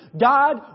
God